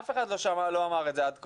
אף אחד לא אמר את זה עד כה.